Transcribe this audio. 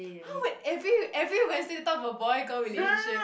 !huh! wait every every Wednesday you talk about boy girl relationship